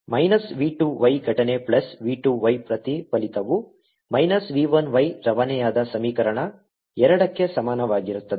minus v 2 y ಘಟನೆ plus v 2 y ಪ್ರತಿಫಲಿತವು minus v 1 y ರವಾನೆಯಾದ ಸಮೀಕರಣ ಎರಡಕ್ಕೆ ಸಮಾನವಾಗಿರುತ್ತದೆ